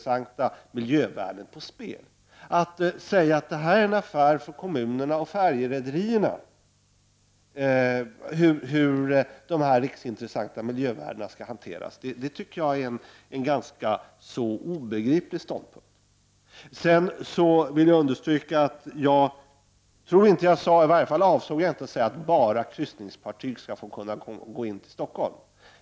Jag tycker att det är en obegriplig ståndpunkt att säga att det är en affär för kommunerna och färjerederierna hur dessa riksintressanta miljövärden skall hanteras. Jag vill också understryka att jag inte avsåg att säga att enbart kryssningsfartyg skall få gå in till Stockholm.